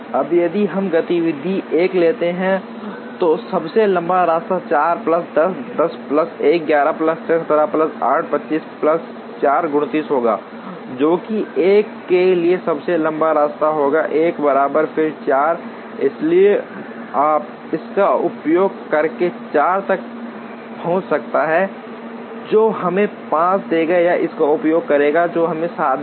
अब यदि हम गतिविधि 1 लेते हैं तो सबसे लंबा रास्ता 4 plus 6 10 plus 1 11 plus 6 17 plus 8 25 plus 4 29 होगा जो कि 1 के लिए सबसे लंबा रास्ता होगा एक बार फिर 4 इसलिए आप इसका उपयोग करके 6 तक पहुंच सकता है जो हमें 5 देगा या इसका उपयोग करेगा जो हमें 7 देगा